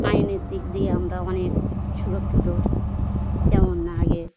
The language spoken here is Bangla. আইনের দিক দিয়ে আমরা অনেক সুরক্ষিত যেমন আগে